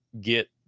get